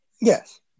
Yes